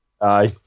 Aye